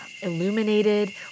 illuminated